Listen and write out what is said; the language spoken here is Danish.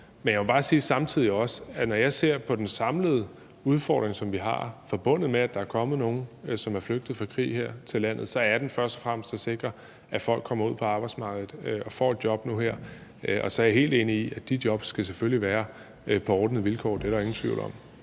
Men jeg må samtidig også bare sige, at når jeg ser på den samlede udfordring, som vi har i forbindelse med, at der er kommet nogen, som er flygtet fra krig her til landet, så er det først og fremmest at sikre, at folk kommer ud på arbejdsmarkedet og får et job nu her. Og så er jeg helt enig i, at de job selvfølgelig skal være på ordnede vilkår, det er der ingen tvivl om.